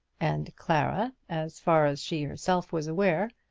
and clara, as far as she herself was aware,